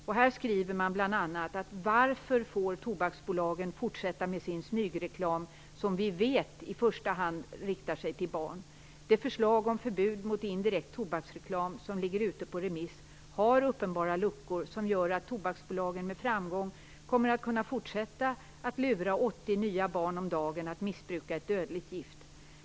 Man skriver bl.a.: Det förslag om förbud mot indirekt tobaksreklam som ligger ute på remiss har uppenbara luckor som gör att tobaksbolagen med framgång kommer att kunna fortsätta lura 80 nya barn om dagen att missbruka ett dödligt gift.